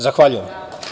Zahvaljujem.